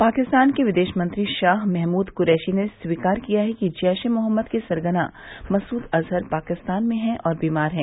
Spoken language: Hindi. पाकिस्तान के विदेशमंत्री शाह महमूद कुरैशी ने स्वीकार किया है कि जैशे मोहम्मद के सरगना मसूद अजहर पाकिस्तान में है और बीमार है